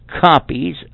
copies